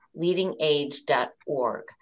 leadingage.org